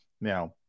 Now